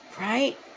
right